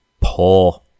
poor